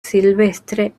silvestre